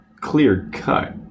clear-cut